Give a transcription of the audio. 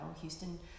Houston